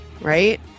right